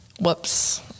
Whoops